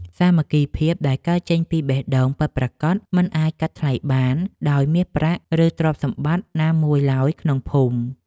សាមគ្គីភាពដែលកើតចេញពីបេះដូងពិតប្រាកដមិនអាចកាត់ថ្លៃបានដោយមាសប្រាក់ ឬទ្រព្យសម្បត្តិណាមួយឡើយក្នុងភូមិ។